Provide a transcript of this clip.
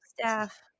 staff